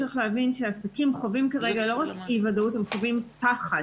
צריך להבין שהעסקים חווים כרגע לא רק אי-ודאות הם חווים פחד.